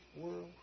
world